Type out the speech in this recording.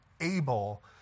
able